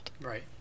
Right